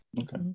Okay